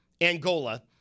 Angola